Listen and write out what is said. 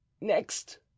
Next